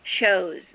shows